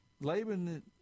Laban